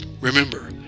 Remember